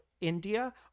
India